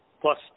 Plus